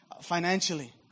financially